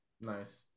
nice